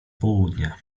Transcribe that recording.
południa